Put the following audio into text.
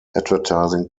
advertising